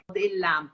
della